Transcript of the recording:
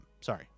sorry